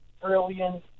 trillion